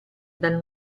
dal